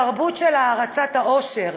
תרבות של הערצת העושר,